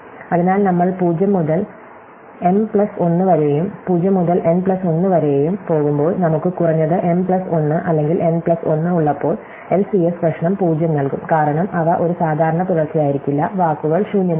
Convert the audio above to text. അതിനാൽ നമ്മൾ 0 മുതൽ m പ്ലസ് 1 വരെയും 0 മുതൽ n പ്ലസ് 1 വരെയും പോകുമ്പോൾ നമുക്ക് കുറഞ്ഞത് m പ്ലസ് 1 അല്ലെങ്കിൽ n പ്ലസ് 1 ഉള്ളപ്പോൾ എൽസിഎസ് പ്രശ്നം 0 നൽകും കാരണം അവ ഒരു സാധാരണ തുടർച്ചയായിരിക്കില്ല വാക്കുകൾ ശൂന്യമാകും